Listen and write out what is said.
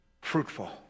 fruitful